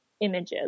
images